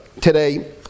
today